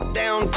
down